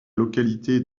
localité